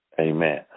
amen